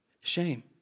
Shame